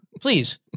Please